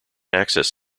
access